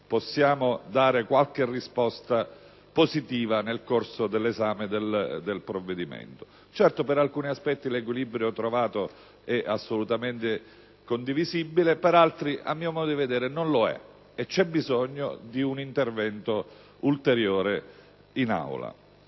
possa dare qualche risposta positiva nel corso dell'esame del provvedimento. Certo, per alcuni aspetti l'equilibrio trovato è assolutamente condivisibile, per altri, a mio modo di vedere, non lo è e c'è bisogno di un ulteriore intervento in Aula.